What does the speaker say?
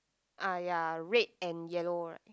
ah ya red and yellow right